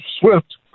Swift